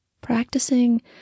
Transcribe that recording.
Practicing